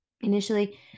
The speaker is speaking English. Initially